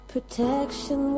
protection